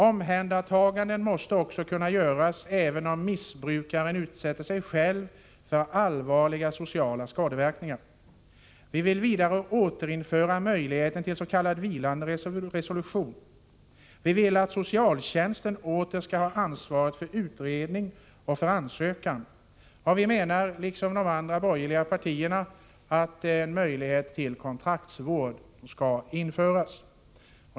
Omhändertaganden måste kunna göras även om missbrukaren inte utsätter sig själv för allvarliga sociala skadeverkningar. Vi vill återinföra möjligheten till s.k. vilande resolution. Vi anser vidare att socialtjänsten åter skall ha ansvaret för utredning och ansökan. Vi menar också, liksom de andra borgerliga partierna, att möjlighet till kontraktsvård skall införas.